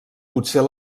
potser